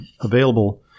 available